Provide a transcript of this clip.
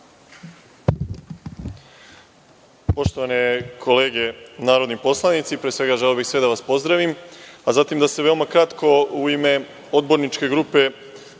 Poštovane kolege narodni poslanici, pre svega, želeo bih sve da vas pozdravim, a zatim da se veoma kratko u ime poslaničke grupe